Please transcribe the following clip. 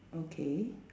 okay